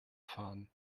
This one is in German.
fahren